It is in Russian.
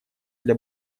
для